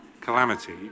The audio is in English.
calamity